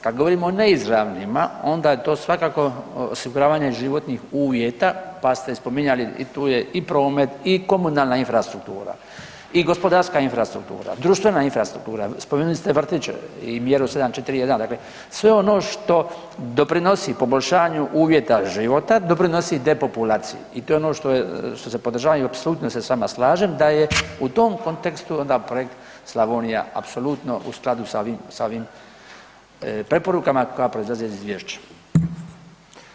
Kad govorimo o neizravnima onda je to svakako osiguravanje životnih uvjeta pa ste spominjali i tu je i promet i komunalna infrastruktura i gospodarska infrastruktura, društvena infrastruktura, spomenuli ste vrtiće i mjeru 741, dakle sve ono što doprinosi poboljšanju uvjeta života doprinosi i depopulaciji i to je ono što se podržava i apsolutno se s vama slažem da je u tom kontekstu onda projekt Slavonija apsolutno u skladu sa ovim, sa ovim preporukama koja proizlaze iz izvješća.